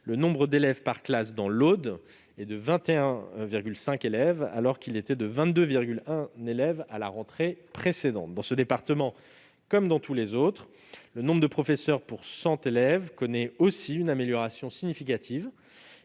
le nombre d'élèves par classe dans l'Aude atteint 21,5, contre 22,1 à la rentrée précédente. Dans ce département, comme dans tous les autres, le nombre de professeurs pour 100 élèves connaît aussi une amélioration significative,